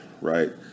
Right